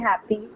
happy